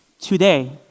Today